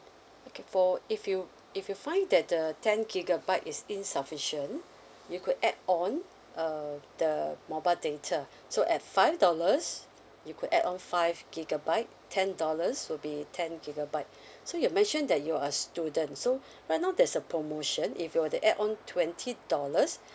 okay for if you if you find that the ten gigabyte is insufficient you could add on uh the mobile data so at five dollars you could add on five gigabyte ten dollars will be ten gigabyte so you mentioned that you're a student so right now there's a promotion if you were to add on twenty dollars